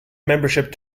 membership